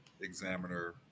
examiner